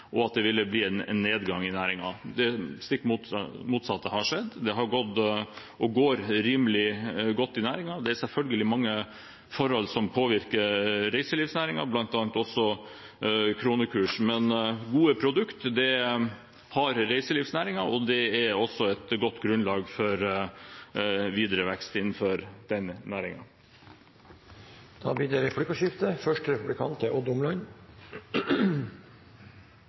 og at det ville gi en nedgang i næringen. Det stikk motsatte har skjedd. Det har gått og går rimelig godt i næringen. Det er selvfølgelig mange forhold som påvirker reiselivsnæringen, bl.a. kronekursen, men reiselivsnæringen har gode produkt. Det er også et godt grunnlag for videre vekst innenfor den næringen. Det blir replikkordskifte. Representanten Korsberg var i sitt innlegg inne på mineralnæringen. Mineralnæringen er en næring Arbeiderpartiet har store ambisjoner for. Det